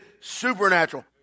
supernatural